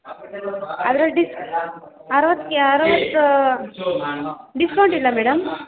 ಅದ್ರಲ್ಲಿ ಡಿ ಅರ್ವತ್ಕೆ ಅರುವತ್ತು ಡಿಸ್ಕೌಂಟ್ ಇಲ್ವ ಮೇಡಮ್